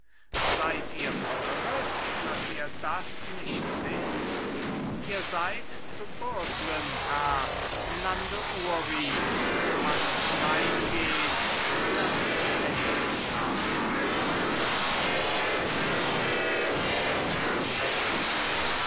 seid ihr verirret dass ihr das nicht wisst ihr seid zu bürglen herr im lande uri wo man hineingeht in das schächental mönch zur hedwig welche